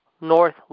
North